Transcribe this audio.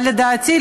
אבל לדעתי,